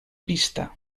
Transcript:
pista